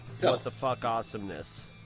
what-the-fuck-awesomeness